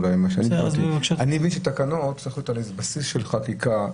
אני מבין שתקנות צריכות להיות על בסיס של חקיקה.